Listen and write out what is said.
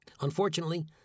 Unfortunately